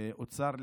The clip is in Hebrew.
האוצר,